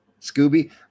Scooby